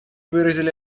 выразили